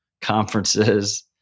conferences